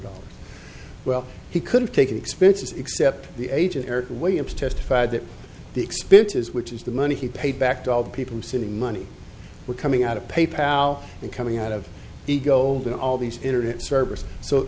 dollars well he could have taken expenses except the agent eric williams testified that the expenses which is the money he paid back to all the people sitting money were coming out of pay pal and coming out of the gold in all these internet service so